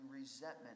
resentment